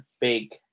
big